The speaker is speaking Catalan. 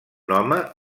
home